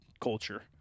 culture